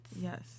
yes